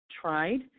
tried